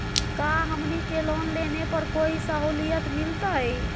का हमनी के लोन लेने पर कोई साहुलियत मिलतइ?